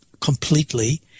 Completely